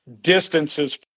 distances